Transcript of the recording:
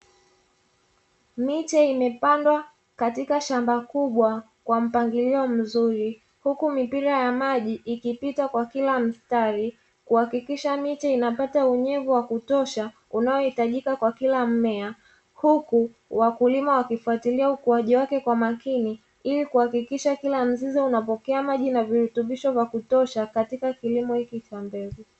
Miche imepandwa katika shamba kubwa kwa mpagilio mzuri, huku mipira ya maji ikipita kwa kila mstari kuhakikisha miti inapata unyevu wa kutosha unaohitajika kwa kila mmea, huku wakulima wakifuatilia ukuaji wake kwa makini, ili kuhakikisha kila mzizi unapokea maji na virutubisho vya kutosha katika kilimo hiki cha mbegu.